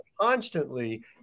constantly